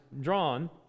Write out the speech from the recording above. drawn